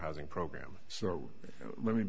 housing program so let me